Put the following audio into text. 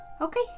Okay